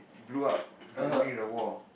blew up during the war